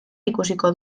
ikusiko